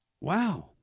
Wow